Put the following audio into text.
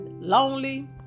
lonely